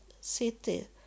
City